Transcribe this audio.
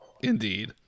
indeed